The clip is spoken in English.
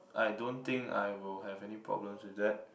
I don't think I will have any problems with that